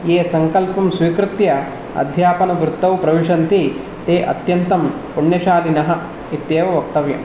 ये सङ्कल्पं स्वीकृत्य अध्यापनवृत्तौ प्रविशन्ति ते अत्यन्तं पुण्यशालिनः इत्येव वक्तव्यम्